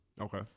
Okay